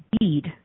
need